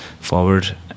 forward